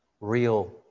real